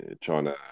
China